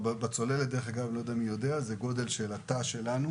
בצוללת זה מטבח בגודל תא,